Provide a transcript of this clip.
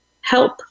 help